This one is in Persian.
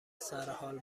سرحال